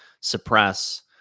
suppress